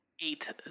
Eight